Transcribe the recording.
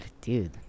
dude